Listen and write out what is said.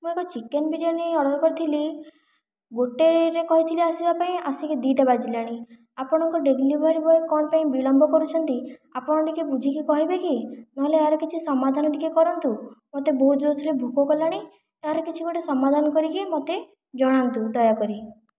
ମୁଁ ଏକ chicken biryani order କରିଥିଲି ଗୋଟାଏରେ କହିଥିଲି ଆସିବାପାଇଁ ଆସିକି ଦୁଇଟା ବାଜିଲାଣି ଆପଣଙ୍କ ଡେଲିଭରି ବୟ କ'ଣ ପାଇଁ ବିଳମ୍ବ କରୁଛନ୍ତି ଆପଣ ଟିକିଏ ବୁଝିକି କହିବେ କି ନହେଲେ ଏହାର କିଛି ସମାଧାନ ଟିକେ କରନ୍ତୁ ମତେ ବହୁତ ଜୋରସେରେ ଭୋକ କଲାଣି ଏହାର କିଛିଗୋଟେ ସମାଧାନ କରିକି ମାେତେ ଜଣାନ୍ତୁ ଦୟାକରି